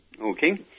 Okay